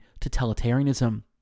totalitarianism